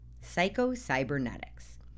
Psycho-Cybernetics